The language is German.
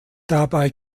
dabei